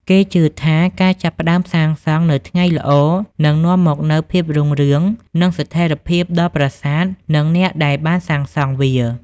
គេជឿថាការចាប់ផ្តើមសាងសង់នៅថ្ងៃល្អនឹងនាំមកនូវភាពរុងរឿងនិងស្ថិរភាពដល់ប្រាសាទ និងអ្នកដែលបានសាងសង់វា។